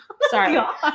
Sorry